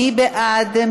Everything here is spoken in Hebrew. מי בעד?